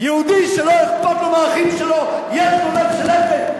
יהודי שלא אכפת לו מהאחים שלו, יש לו לב של אבן.